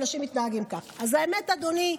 אז האמת, אדוני,